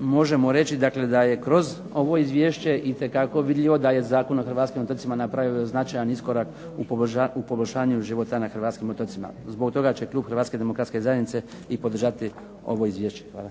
Možemo reći da je kroz ovo Izvješće itekako vidljivo da je Zakon o Hrvatskim otocima napravio značajan iskorak u poboljšanju života na Hrvatskim otocima. Zbog toga će Klub Hrvatske demokratske zajednice i podržati ovo Izvješće. Hvala.